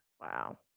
wow